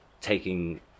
taking